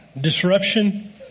disruption